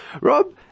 Rob